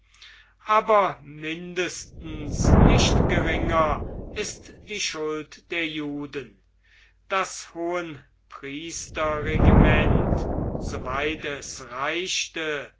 aber mindestens nicht geringer ist die schuld der juden das hohenpriesterregiment so weit es reichte